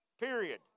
period